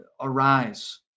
arise